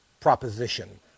proposition